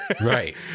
Right